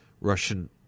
Russian